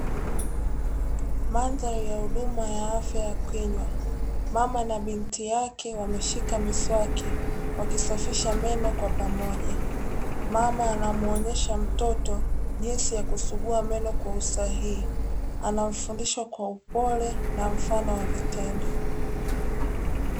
Mandhali ya huduma ya afya ya kinywa, mama na binti yake wameshika miswaki, wakisafisha meno kwa pamoja, mama anamuonyesha mtoto jinsi ya kusugua meno kwa usahihi, anamfundisha kwa upole na mfano wa vitendo.